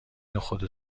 نخود